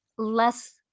less